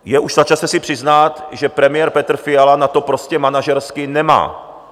Je už na čase si přiznat, že premiér Petr Fiala na to prostě manažersky nemá.